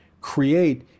create